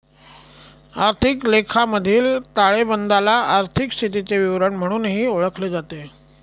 आर्थिक लेखामधील ताळेबंदाला आर्थिक स्थितीचे विवरण म्हणूनही ओळखले जाते